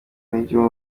n’iyo